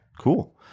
Cool